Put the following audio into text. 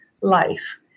life